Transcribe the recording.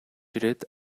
ирээд